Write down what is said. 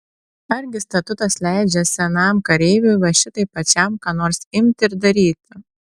argi statutas leidžia senam kareiviui va šitaip pačiam ką nors imti ir daryti